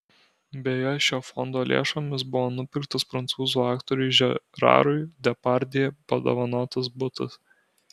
beje šio fondo lėšomis buvo nupirktas prancūzų aktoriui žerarui depardjė padovanotas butas